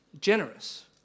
generous